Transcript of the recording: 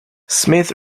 smith